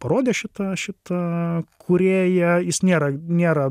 parodė šitą šitą kūrėją jis nėra nėra